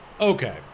Okay